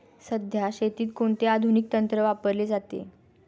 सध्या शेतीत कोणते आधुनिक तंत्र वापरले जाते?